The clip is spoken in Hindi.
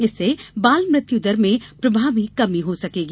इससे बाल मृत्यु दर में प्रभावी कमी हो सकेगी